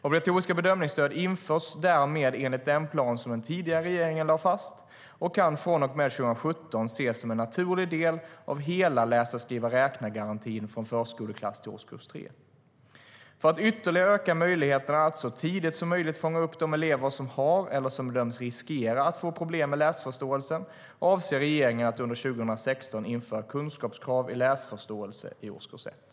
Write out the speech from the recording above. Obligatoriska bedömningsstöd införs därmed enligt den plan den tidigare regeringen lade fast och kan från och med 2017 ses som en naturlig del av hela läsa-skriva-räkna-garantin från förskoleklass till årskurs 3. För att ytterligare öka möjligheterna att så tidigt som möjligt fånga upp de elever som har eller som bedöms riskera att få problem med läsförståelsen avser regeringen att under 2016 införa kunskapskrav i läsförståelse i årskurs 1.